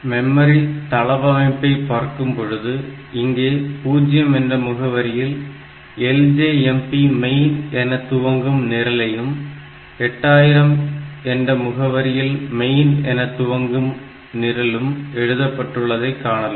memory தளவமைப்பை பார்க்கும் பொழுது இங்கே 0 என்ற முகவரியில் LJMP main என துவங்கும் நிரலையும் 8000 என்ற முகவரியில் main என துவங்கும் நிரலும் எழுதப்பட்டுள்ளதை காணலாம்